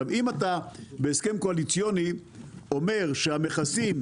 אם אתה בהסכם קואליציוני אומר שהמכסים